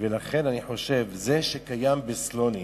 לכן, אני חושב שזה שקיים בסלונים